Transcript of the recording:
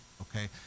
okay